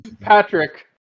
Patrick